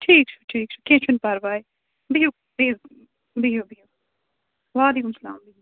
ٹھیٖک چھُ ٹھیٖک چھُ کیٚنٛہہ چھُنہٕ پَرواے بِہِو بِہِو بِہِو بِہِو وعلیکُم سَلام